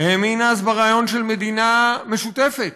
האמין אז ברעיון של מדינה משותפת